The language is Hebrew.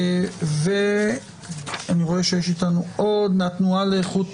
אני רואה שיש אתנו עוד מהתנועה לאיכות